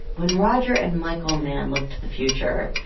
when roger and michael mann look to the future,